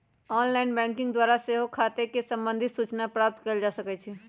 online banking द्वारा सेहो खते से संबंधित सूचना प्राप्त कएल जा सकइ छै